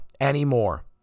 anymore